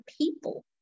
people